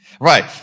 Right